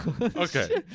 Okay